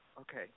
Okay